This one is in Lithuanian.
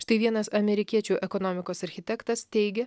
štai vienas amerikiečių ekonomikos architektas teigia